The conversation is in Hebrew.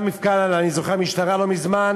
גם מפכ"ל המשטרה, אני זוכר, לא מזמן